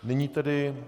Nyní tedy...